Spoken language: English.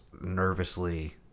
nervously